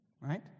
Right